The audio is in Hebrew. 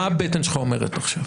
מה הבטן שלך אומרת עכשיו?